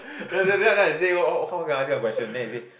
ya then then then I said how how can I say a question then I say